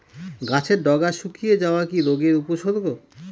গাছের ডগা শুকিয়ে যাওয়া কি রোগের উপসর্গ?